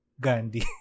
Gandhi